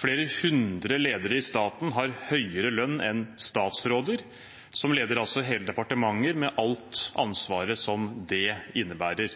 Flere hundre ledere i staten har høyere lønn enn statsråder, som leder hele departementer med alt ansvaret som det innebærer.